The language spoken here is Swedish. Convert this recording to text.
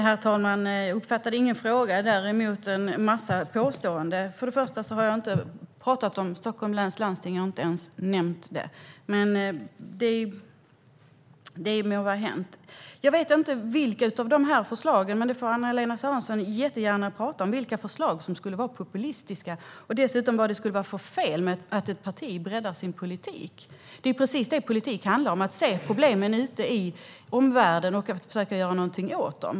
Herr talman! Jag uppfattade inte någon fråga men däremot en massa påståenden. Först och främst har jag inte talat om Stockholms läns landsting. Jag har inte ens nämnt det, men det må vara hänt. Anna-Lena Sörenson får jättegärna tala om vilka förslag som skulle vara populistiska och dessutom om vad det skulle vara för fel med att ett parti breddar sin politik. Det är precis det politik handlar om, att se problemen ute i omvärlden och försöka göra någonting åt dem.